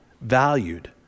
valued